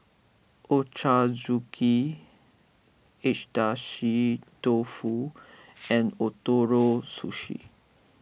Ochazuke Agedashi Dofu and Ootoro Sushi